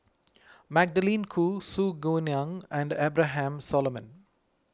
Magdalene Khoo Su Guaning and Abraham Solomon